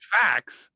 facts